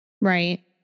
Right